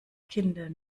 kinder